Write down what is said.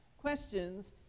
questions